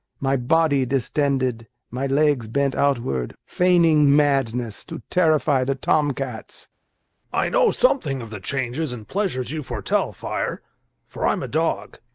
my body distended, my legs bent outward, feigning madness to terrify the tom-cats i know something of the changes and pleasures you foretell, fire for i'm a dog.